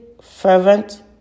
fervent